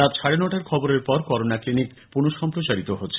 রাত সাড়ে নটার খবরের পর করোনা ক্লিনিক পুনঃসম্প্রচারিত হচ্ছে